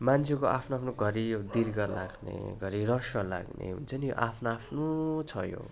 मान्छेको आफ्नो आफ्नो घरी दीर्घ लाग्ने घरी ह्रस्व लाग्ने हुन्छ नि आफ्नो आफ्नो छ यो